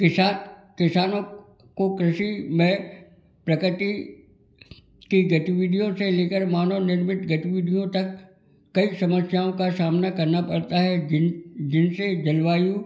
किसान किसानों को कृषि में प्रकृति की गतिविधियों से ले कर मानव निर्मित गतिविधियों तक कई समस्याओं का सामना करना पड़ता है जिनसे जलवायु